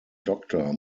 doctor